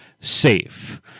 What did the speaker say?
safe